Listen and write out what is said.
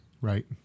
right